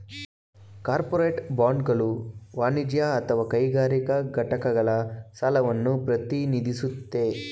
corporate ಬಾಂಡ್ಗಳು ವಾಣಿಜ್ಯ ಅಥವಾ ಕೈಗಾರಿಕಾ ಘಟಕಗಳ ಸಾಲವನ್ನ ಪ್ರತಿನಿಧಿಸುತ್ತೆ